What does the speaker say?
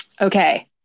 Okay